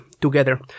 together